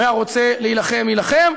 והרוצה להילחם יילחם.